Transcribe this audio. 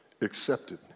accepted